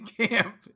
camp